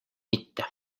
mitte